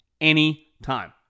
anytime